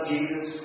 Jesus